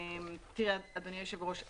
אדוני היושב-ראש,